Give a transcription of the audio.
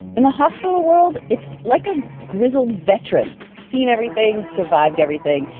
in the hospital world, it's like a grizzled veteran seen everything, survived everything.